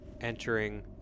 entering